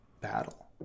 battle